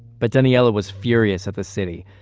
but danielle was furious at the city,